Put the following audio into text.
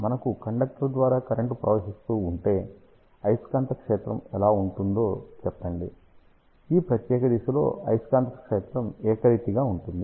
మనకు కండక్టర్ ద్వారా కరెంట్ ప్రవహిస్తూ ఉంటే అయస్కాంత క్షేత్రం ఎలా ఉంటుందో చెప్పండి ఈ ప్రత్యేక దిశలో అయస్కాంత క్షేత్రం ఏకరీతిగా ఉంటుంది